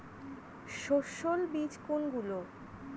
সস্যল বীজ কোনগুলো?